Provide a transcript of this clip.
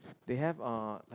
they have uh like